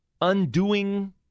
undoing